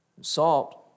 Salt